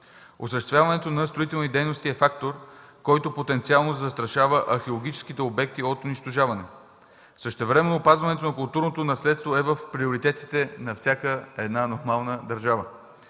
Осъществяването на строителни дейности е фактор, който потенциално застрашава археологическите обекти от разрушаване. Същевременно опазването на културното наследство е в приоритетите на всяка една нормална държава.